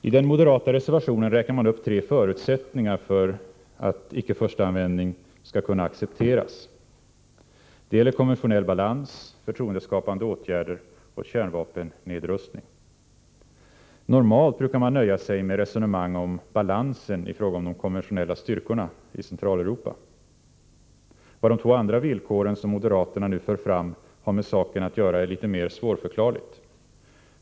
I den moderata reservationen räknar man upp tre förutsättningar för att icke-förstaanvändning skall kunna accepteras. Det gäller konventionell balans, förtroendeskapande åtgärder och kärnvapennedrustning. Normalt brukar man nöja sig med resonemang om balans i fråga om de konventionella styrkorna i Centraleuropa. Vad de två andra villkoren som moderaterna nu för fram har med saken att göra är litet mer svårförklarligt.